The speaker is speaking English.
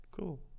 cool